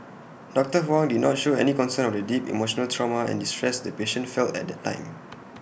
doctor Huang did not show any concern of the deep emotional trauma and distress the patient felt at that time